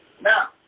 Now